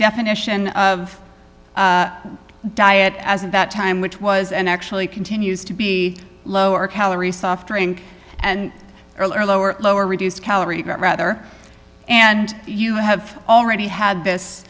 definition of diet as at that time which was and actually continues to be lower calorie soft drink and earlier lower lower reduced calorie got rather and you have already had this